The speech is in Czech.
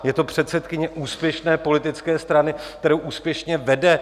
Je to předsedkyně úspěšné politické strany, kterou úspěšně vede.